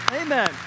Amen